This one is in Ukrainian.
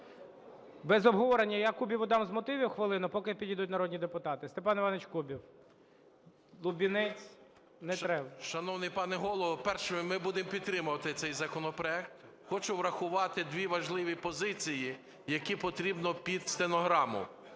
Без обговорення. Я Кубіву дам з мотивів хвилину, поки підійдуть народні депутати. Степан Іванович Кубів. Лубінець не … 13:37:03 КУБІВ С.І. Шановний пане Голово, перше - ми будемо підтримувати цей законопроект. Хочу врахувати дві важливі позиції, які потрібно під стенограму.